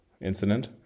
incident